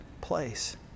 place